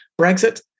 Brexit